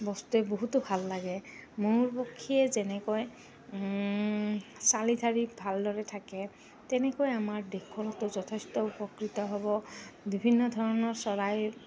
বস্তুৱে বহুতো ভাল লাগে ময়ূৰ পক্ষীয়ে যেনেকৈ চালিধাৰি ভালদৰে থাকে তেনেকৈ আমাৰ দেশখনতো যথেষ্ট উপকৃত হ'ব বিভিন্ন ধৰণৰ চৰাইৰ